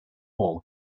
all